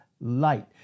Light